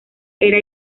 era